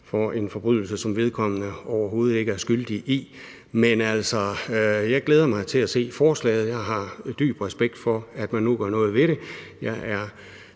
for en forbrydelse, som vedkommende overhovedet ikke er skyldig i. Men altså, jeg glæder mig til at se forslaget. Jeg har dyb respekt for, at man nu gør noget ved det,